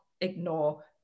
ignore